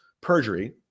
perjury